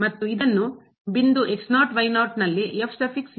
ಮತ್ತು ಇದನ್ನು ಬಿಂದು ಲ್ಲಿ ಎಂದು ಪ್ರತಿನಿಧಿಸಲಾಗುತ್ತದೆ